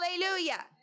Hallelujah